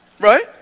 Right